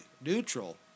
Neutral